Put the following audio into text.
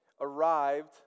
arrived